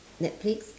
netflix